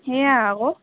সেয়া আকৌ